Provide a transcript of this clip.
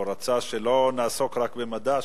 או רצה שלא נעסוק רק במדע,